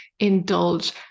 indulge